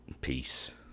Peace